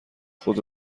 خود